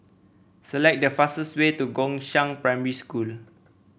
select the fastest way to Gongshang Primary School